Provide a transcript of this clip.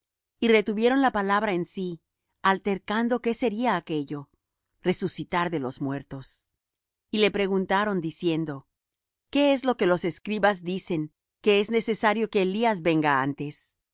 y retuvieron la palabra en sí altercando qué sería aquéllo resucitar de los muertos y le preguntaron diciendo qué es lo que los escribas dicen que es necesario que elías venga antes